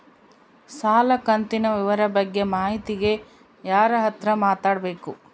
ಸಾಲ ಕಂತಿನ ವಿವರ ಬಗ್ಗೆ ಮಾಹಿತಿಗೆ ಯಾರ ಹತ್ರ ಮಾತಾಡಬೇಕು?